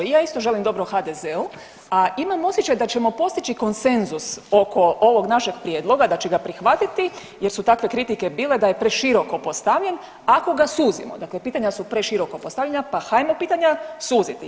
I ja želim dobro HDZ-u, a imam osjećaj da ćemo postići konsenzus oko ovog našeg prijedloga da će ga prihvatiti jer su takve kritike bile da je preširoko postavljen ako ga suzimo, dakle pitanja su preširoko postavljena pa hajmo pitanja suzila.